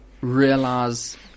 realize